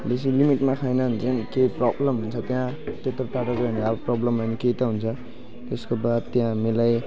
बेसी लिमिटमा खाएन भने चाहिँ केही प्रब्लम हुन्छ त्यहाँ त्यत्रो टाढो गयो भने प्रब्लम भयो भने केही त हुन्छ त्यसको बाद त्यहाँ हामीलाई